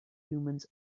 humans